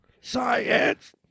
science